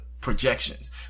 projections